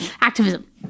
activism